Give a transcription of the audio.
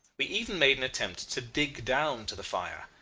we even made an attempt to dig down to the fire.